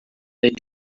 they